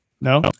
No